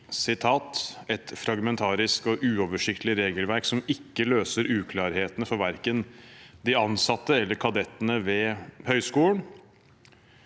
et fragmentarisk og uoversiktlig regelverk som ikke løser uklarhetene for verken de ansatte eller kadettene ved høgskolen.